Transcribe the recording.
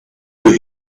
who